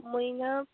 ꯃꯣꯏꯅ